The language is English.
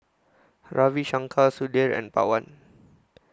Ravi Shankar Sudhir and Pawan